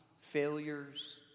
failures